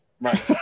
Right